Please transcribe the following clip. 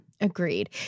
Agreed